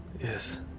Yes